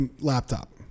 laptop